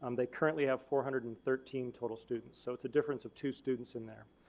um they currently have four hundred and thirteen total students so it's a difference of two students in there.